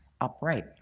upright